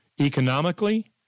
economically